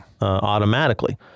automatically